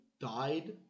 died